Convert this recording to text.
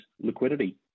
liquidity